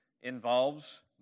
involves